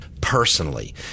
personally